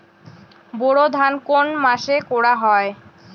বোরো ধান কোন মাসে করা হয়?